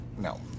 No